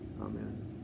Amen